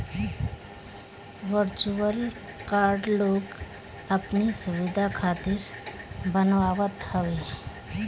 virtual card लोग अपनी सुविधा खातिर बनवावत हवे